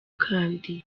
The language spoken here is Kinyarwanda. kandi